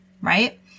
right